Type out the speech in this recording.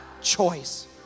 choice